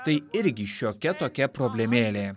tai irgi šiokia tokia problemėlė